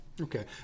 Okay